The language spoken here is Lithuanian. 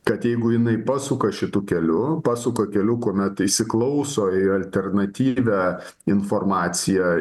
kad jeigu jinai pasuka šitu keliu pasuka keliu kuomet įsiklauso alternatyvią informaciją